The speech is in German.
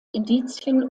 indizien